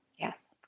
Yes